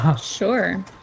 Sure